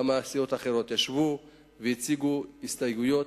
גם סיעות אחרות ישבו והציגו הסתייגויות,